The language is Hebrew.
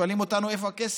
שואלים אותנו: איפה הכסף?